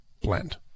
blend